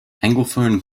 anglophone